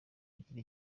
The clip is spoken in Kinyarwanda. kugira